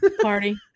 Party